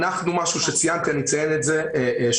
משהו שצוין כאן ואני אציין אותו שוב.